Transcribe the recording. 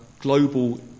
global